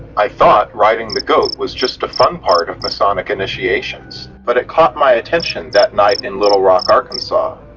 i thought riding the goat was just a fun part of masonic initiations, but it caught my attention that night in little rock, arkansas.